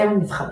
סמל מסחרי